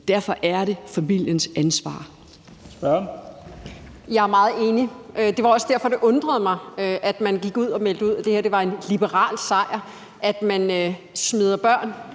17:13 Mette Thiesen (DF): Jeg er meget enig. Det var også derfor, det undrede mig, at man gik ud og meldte ud, at det er en liberal sejr, at man smider børn